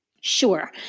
Sure